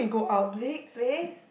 public place